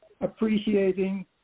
appreciating